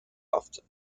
often